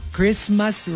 Christmas